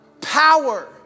power